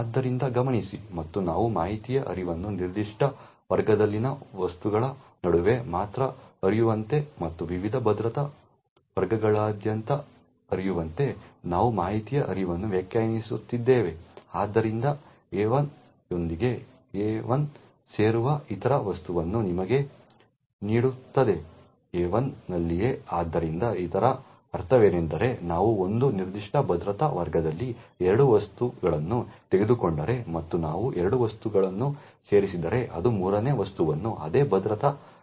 ಆದ್ದರಿಂದ ಗಮನಿಸಿ ಮತ್ತು ನಾವು ಮಾಹಿತಿಯ ಹರಿವನ್ನು ನಿರ್ದಿಷ್ಟ ವರ್ಗದಲ್ಲಿನ ವಸ್ತುಗಳ ನಡುವೆ ಮಾತ್ರ ಹರಿಯುವಂತೆ ಮತ್ತು ವಿವಿಧ ಭದ್ರತಾ ವರ್ಗಗಳಾದ್ಯಂತ ಹರಿಯುವಂತೆ ನಾವು ಮಾಹಿತಿಯ ಹರಿವನ್ನು ವ್ಯಾಖ್ಯಾನಿಸುತ್ತಿದ್ದೇವೆ ಆದ್ದರಿಂದ AI ಯೊಂದಿಗೆ AI ಸೇರುವ ಇತರ ವಸ್ತುವನ್ನು ನಿಮಗೆ ನೀಡುತ್ತದೆ AI ನಲ್ಲಿಯೇ ಆದ್ದರಿಂದ ಇದರ ಅರ್ಥವೇನೆಂದರೆ ನಾವು ಒಂದು ನಿರ್ದಿಷ್ಟ ಭದ್ರತಾ ವರ್ಗದಲ್ಲಿ ಎರಡು ವಸ್ತುಗಳನ್ನು ತೆಗೆದುಕೊಂಡರೆ ಮತ್ತು ನಾವು ಎರಡು ವಸ್ತುಗಳನ್ನು ಸೇರಿಸಿದರೆ ಅದು ಮೂರನೇ ವಸ್ತುವನ್ನು ಅದೇ ಭದ್ರತಾ ವರ್ಗವನ್ನು ರಚಿಸುತ್ತದೆ